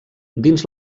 dins